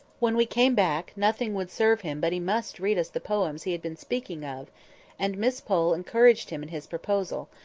when we came back, nothing would serve him but he must read us the poems he had been speaking of and miss pole encouraged him in his proposal,